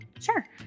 Sure